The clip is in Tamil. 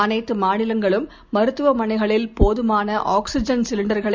அனைத்து மாநிலங்களும் மருத்துவமனைகளில் போதுமான ஆக்ஸிஜன் சிலின்டர்களை